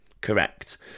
Correct